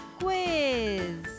quiz